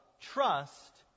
trust